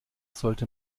sollte